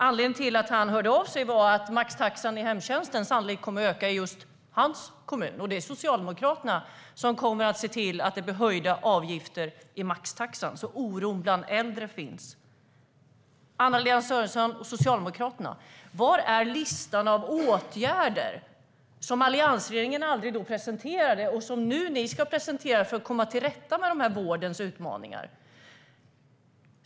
Anledningen till att mannen hörde av sig var att maxtaxan i hemtjänsten sannolikt kommer att höjas i hans hemkommun. Det är Socialdemokraterna som ser till att det blir höjda avgifter, att maxtaxan höjs. Därför finns oron bland äldre. Anna-Lena Sörenson och Socialdemokraterna! Var finns listan med åtgärder som alliansregeringen aldrig presenterade men som ni nu ska presentera för att komma till rätta med vårdens utmaningar?